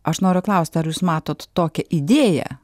aš noriu klausti ar jūs matot tokią idėją